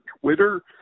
Twitter